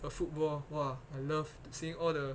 uh football !wah! I love seeing all the